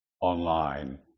online